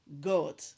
God